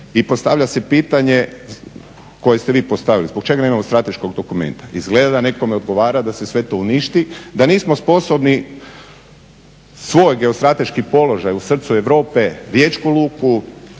i postavlja se pitanje, koje ste vi postavili, zbog čega nemamo strateškog dokumenta? Izgleda da nekome odgovara da se sve to uništi, da nismo sposobni svoj geostrateški položaj u srcu Europe, riječku luku,